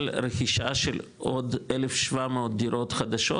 על רכישה של עוד 1,700 דירות חדשות,